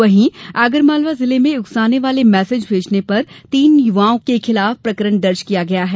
वहीं आगरमालवा जिले में उकसाने वाले मेसेज भेजने पर तीन युवाओं के खिलाफ प्रकरण दर्ज किया गया है